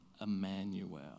Emmanuel